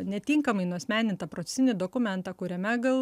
netinkamai nuasmenintą procesinį dokumentą kuriame gal